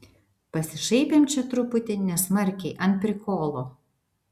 pasišaipėm čia truputį nesmarkiai ant prikolo